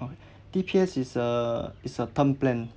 oh D_P_S is a is a term plan